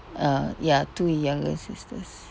uh ya two younger sisters